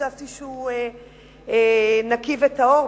שחשבתי שהוא נקי וטהור,